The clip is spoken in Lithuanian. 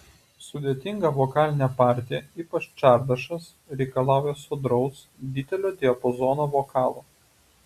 sudėtinga vokalinė partija ypač čardašas reikalauja sodraus didelio diapazono vokalo